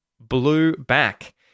Blueback